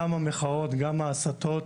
מחאות, הסתות,